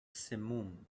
simum